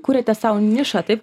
kuriate sau nišą taip